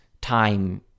time